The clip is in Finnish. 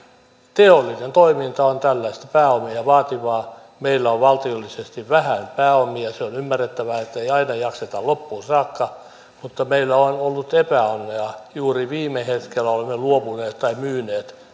teollinen toiminta on tällaista pääomia vaativaa meillä on valtiollisesti vähän pääomia se on ymmärrettävää ettei aina jakseta loppuun saakka mutta meillä on ollut epäonnea juuri viime hetkellä olemme luopuneet teollisesta toiminnasta tai myyneet